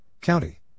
County